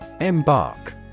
Embark